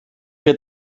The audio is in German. wir